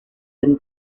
been